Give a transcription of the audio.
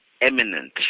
eminent